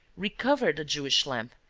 recovered the jewish lamp,